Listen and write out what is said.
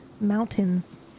mountains